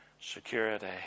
security